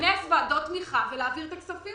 שבאמת הכספים